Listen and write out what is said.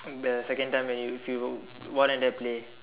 the second time when you feel more than that play